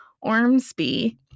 Ormsby